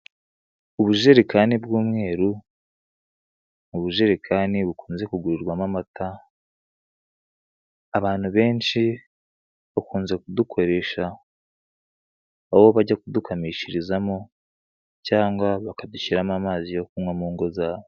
Ubujerekani bw'umweru, ubujerekani bukunze kugurirwamo amata. Abantu benshi bakunze kudukoresha aho bajya kudukamishirizamo cyangwa bakadushyiramo amazi yo kunywa mu ngo zabo.